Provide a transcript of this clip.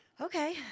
Okay